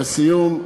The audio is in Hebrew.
לסיום,